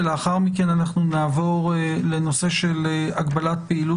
ולאחר מכן אנחנו נעבור לנושא של הגבלת פעילות